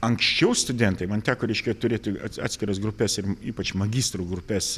anksčiau studentai man teko reiškia turėti atskiras grupes ir ypač magistrų grupes